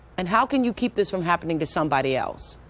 and how can you keep this from happening to somebody else?